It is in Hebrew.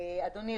אדוני,